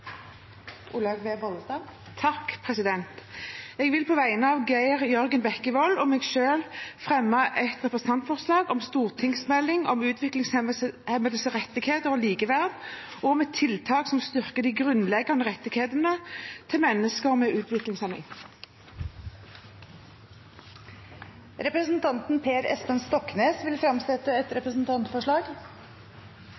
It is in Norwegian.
Jeg vil på vegne av stortingsrepresentantene Geir Jørgen Bekkevold og meg selv framsette et representantforslag om stortingsmelding om utviklingshemmedes rettigheter og likeverd og om tiltak som styrker de grunnleggende rettighetene til mennesker med utviklingshemning. Representanten Per Espen Stoknes vil fremsette et